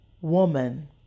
woman